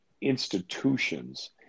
institutions